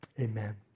Amen